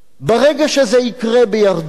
ברגע שזה יקרה בירדן,